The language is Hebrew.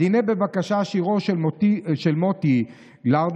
אז הינה, בבקשה, שירו של מוטי לאוטנר,